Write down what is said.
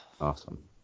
Awesome